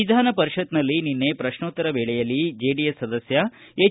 ವಿಧಾನ ಪರಿಷತ್ನಲ್ಲಿ ನಿನ್ನೆ ಪ್ರಶ್ನೋತ್ತರ ವೇಳೆಯಲ್ಲಿ ಜೆಡಿಎಸ್ ಸದಸ್ಯ ಎಚ್